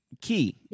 key